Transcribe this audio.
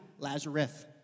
Lazarus